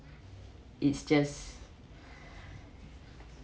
it's just